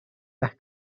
las